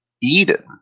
Eden